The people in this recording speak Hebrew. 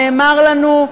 נאמר לנו,